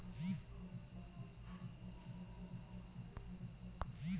নিবিড় আবাদের উল্টাপাকে বিস্তৃত আবাদত হালকৃষি বিষয়ক কণেক জোখন কামাইয়ত নাগা হই